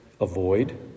avoid